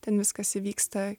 ten viskas įvyksta